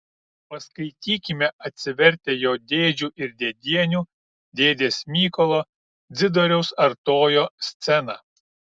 paskaitykime atsivertę jo dėdžių ir dėdienių dėdės mykolo dzidoriaus artojo sceną